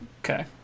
Okay